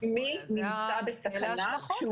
שמי שנמצא בסכנה.